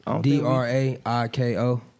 D-R-A-I-K-O